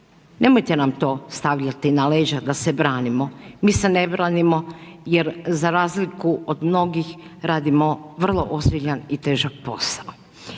nemojte nam to stavljati na leđa da se branimo jer za razliku od mnogih, radimo vrlo ozbiljan i težak posao.